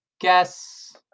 guess